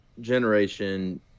generation